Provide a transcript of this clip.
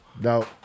No